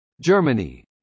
Germany